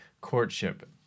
courtship